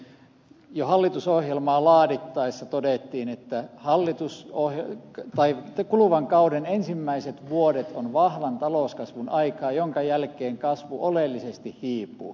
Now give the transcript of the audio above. jo hallitusohjelmaa laadittaessa todettiin että kuluvan kauden ensimmäiset vuodet ovat vahvan talouskasvun aikaa minkä jälkeen kasvu oleellisesti hiipuu